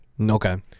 okay